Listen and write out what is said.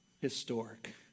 historic